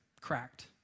cracked